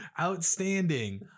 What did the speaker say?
outstanding